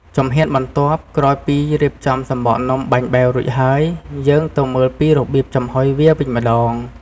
ជំហានបន្ទាប់ ក្រោយពីរៀបចំសំបកនំបាញ់បែវរួចហើយ យើងទៅមើលពីរបៀបចំហុយវាវិញម្ដង។